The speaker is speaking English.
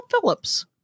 Phillips